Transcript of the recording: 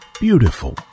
Beautiful